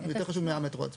יותר חשוב מהמטרו עצמו.